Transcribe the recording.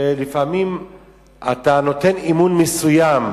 שלפעמים אתה נותן אמון מסוים,